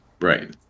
Right